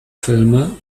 filme